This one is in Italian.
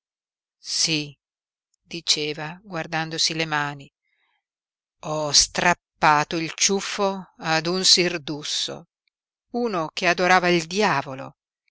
sí diceva guardandosi le mani ho strappato il ciuffo ad un sirdusso uno che adorava il diavolo